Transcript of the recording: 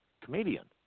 comedian